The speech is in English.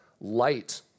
light